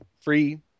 free